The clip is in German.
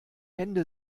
hände